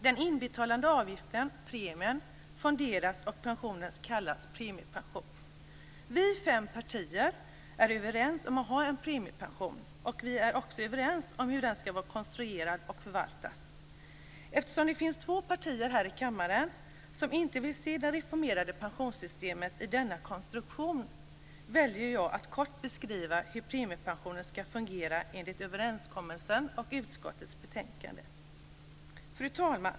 Den inbetalade avgiften, premien, fonderas och pensionen kallas premiepension. Vi fem partier är överens om att ha en premiepension. Vi är också överens om hur den skall vara konstruerad och förvaltas. Eftersom det finns två partier i kammaren som inte vill se det reformerade pensionssystemet i denna konstruktion väljer jag att kort beskriva hur premiepensionen skall fungera enligt överenskommelsen och utskottets betänkande. Fru talman!